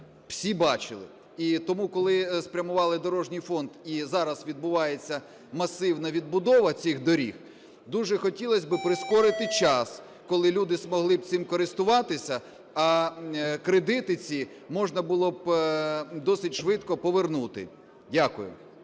всі бачили, і тому, коли спрямували дорожній фонд і зараз відбувається масивна відбудова цих доріг, дуже хотілось би прискорити час, коли люди змогли б цим користуватися, а кредити ці можна було б досить швидко повернути. Дякую.